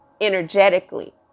energetically